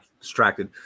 distracted